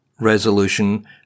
resolution